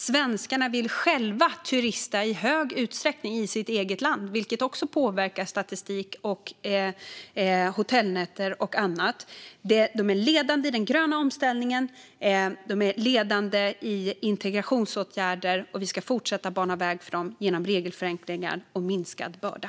Svenskarna vill i stor utsträckning själva turista i sitt eget land, vilket också påverkar statistik för hotellnätter och annat. Svensk besöksnäring är ledande i den gröna omställningen och i integrationsåtgärder. Vi ska fortsätta bana väg för den genom regelförenklingar och minskad börda.